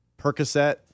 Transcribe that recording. Percocet